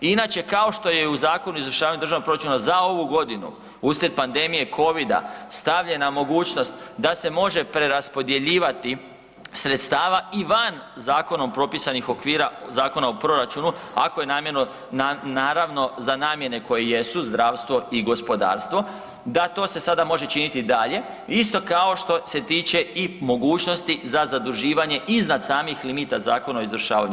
I inače kao što je i u Zakonu o izvršavanju državnog proračuna za ovu godinu uslijed pandemije covida stavljena mogućnost da se može preraspodjeljivati sredstava i van zakonom propisanih okvira Zakona o proračunu ako je namijenjeno, naravno za namjene koje jesu, zdravstvo i gospodarstvo, da to se sada može čiti i dalje, isto kao što se tiče i mogućnosti za zaduživanje iznad samih limita Zakona o izvršavanju.